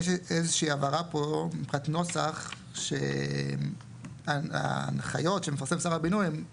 יש איזה שהיא הבהרה פה מבחינת נוסח שההנחיות שמפרסם שר הבינוי הן